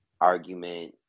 argument